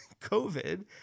COVID